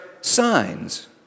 signs